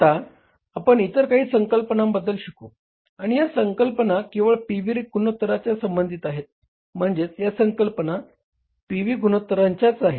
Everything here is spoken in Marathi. आता आपण इतर काही संकल्पनांबद्दल शिकू आणि या संकल्पना केवळ पी व्ही गुणोत्तराच्या संबंधित आहेत म्हणजेच या संकल्पना पी व्ही गुणोत्तरांच्या आहेत